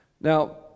now